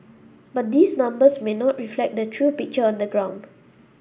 but these numbers may not reflect the true picture on the ground